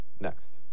next